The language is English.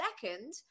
second